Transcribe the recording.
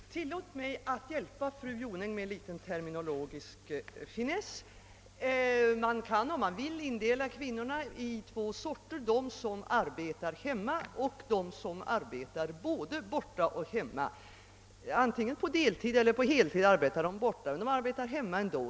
Herr talman! Tillåt mig hjälpa fru Jonäng med en liten terminologisk finess! Man kan indela kvinnorna i två grupper: de som arbetar hemma och de som arbetar både borta och hemma. De som arbetar borta, på deltid eller på heltid, arbetar också hemma.